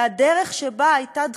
והדרך שבה הייתה דחיפה,